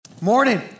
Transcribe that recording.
Morning